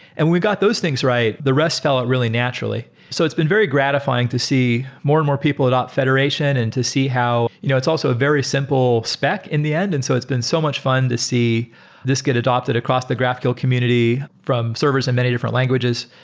and when we got those things right, the rest fell out really naturally. so it's been very gratifying to see more and more people adapt federation and to see how you know it's also a very simple spec in the end, and so it's been so much fun to see this get adapted across the graphql community from servers in many different languages.